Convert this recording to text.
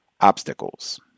obstacles